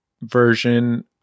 version